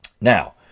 Now